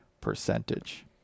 percentage